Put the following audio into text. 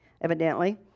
evidently